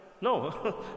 No